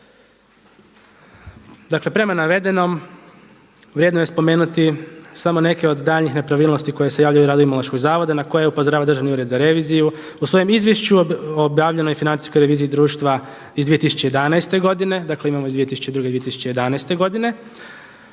Dakle prema navedenom, vrijedno je spomenuti samo neke od daljnjih nepravilnosti koje se javljaju iz rada Imunološkog zavoda na koje upozorava Državni ured za reviziju u svojem izvješću u obavljenoj financijskog reviziji društva iz 2011. godine. Dakle imamo iz 2002. i 2011. godine.